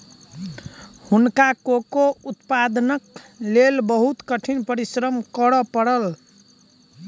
हुनका कोको उत्पादनक लेल बहुत कठिन परिश्रम करय पड़ल